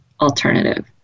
alternative